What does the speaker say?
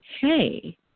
hey